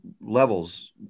levels